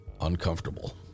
uncomfortable